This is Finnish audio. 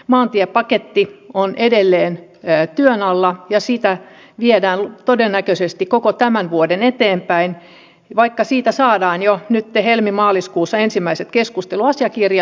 maantiepaketti on edelleen työn alla ja sitä viedään todennäköisesti koko tämän vuoden eteenpäin vaikka siitä saadaan jo nytten helmimaaliskuussa ensimmäiset keskusteluasiakirjat